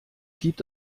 gibt